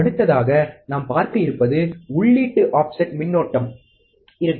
அடுத்ததாக நாம் பார்க்க இருப்பது உள்ளீட்டு ஆஃப்செட் மின்னோட்டம் இருக்கும்